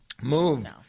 Move